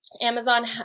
Amazon